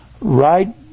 right